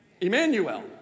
Emmanuel